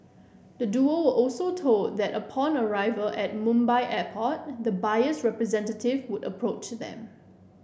the duo were also told that upon arrival at Mumbai Airport the buyer's representative would approach them